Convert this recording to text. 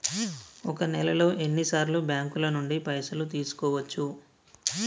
ఒక నెలలో ఎన్ని సార్లు బ్యాంకుల నుండి పైసలు తీసుకోవచ్చు?